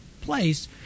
place